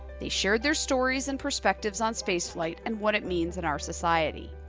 they shared their stories and perspectives on space flight and what it means in our society.